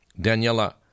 Daniela